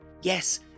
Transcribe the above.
Yes